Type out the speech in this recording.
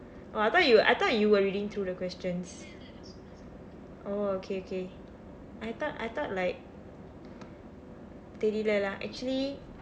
oh I thought you I thought you were reading through the questions oh okay okay I thought I thought like தெரியவில்லை:theriyavillai lah actually